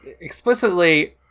explicitly